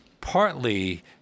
partly